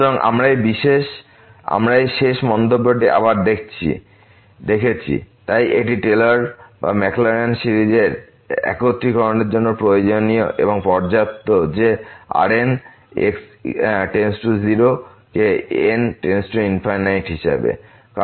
সুতরাং আমরা এই শেষ মন্তব্যটি আবার যা দেখেছি তাই এটি টেলর বা ম্যাকলোরিন সিরিজের Taylor's or the Maclaurin series একত্রীকরণের জন্য প্রয়োজনীয় এবং পর্যাপ্ত যে Rn → 0 কে n→∞ হিসাবে